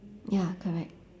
ya correct